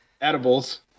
edibles